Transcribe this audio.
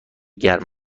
گرم